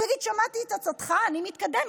הוא יגיד: שמעתי את עצתך, אני מתקדם.